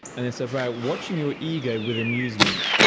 and it's about watching your ego with amusement.